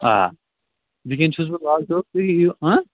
آ وُنکٮ۪ن چھُس بہٕ لال چوک تُہۍ ییِو